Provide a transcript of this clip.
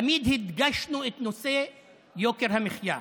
תמיד הדגשנו את נושא יוקר המחיה,